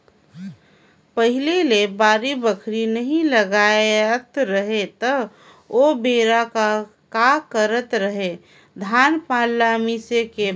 पहिले ले बाड़ी बखरी नइ लगात रहें त ओबेरा में का करत रहें, धान पान ल मिसे के बाद